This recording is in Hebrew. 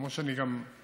כמו שאני אומר,